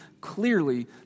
clearly